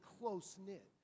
close-knit